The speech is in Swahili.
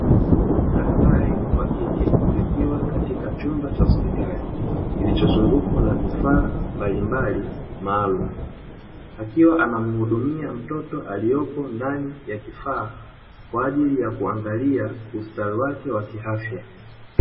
Daktari wa kike akiwa katika chumba cha hospitali, kilichozungukwa na vifaa mbalimbali maalumu, akiwa anamuhudumia mtoto aliye ndani ya kifaa kwa ajili ya kuangalia ustawi wake wa kiafya.